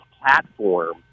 platform